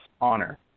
honor